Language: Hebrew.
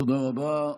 תודה רבה.